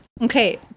Okay